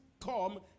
come